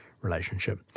relationship